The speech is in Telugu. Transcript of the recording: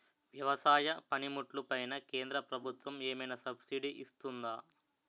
వ్యవసాయ పనిముట్లు పైన కేంద్రప్రభుత్వం ఏమైనా సబ్సిడీ ఇస్తుందా?